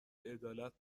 عدالت